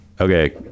Okay